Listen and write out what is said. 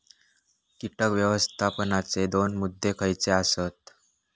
कीटक व्यवस्थापनाचे दोन मुद्दे खयचे आसत?